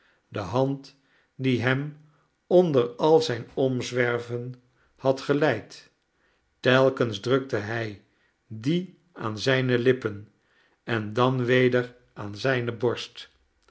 de hand die hem onder al zijn omzwerven had geleid telkens drukte hij die aan zijne lippen en dan weder aan zijne borst